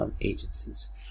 Agencies